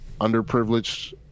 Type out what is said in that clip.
underprivileged